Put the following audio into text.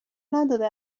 نداره